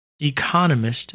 Economist